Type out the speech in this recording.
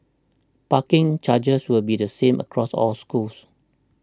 parking charges will be the same across all schools